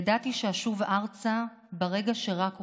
ידעתי שאשוב ארצה ברגע שרק אוכל.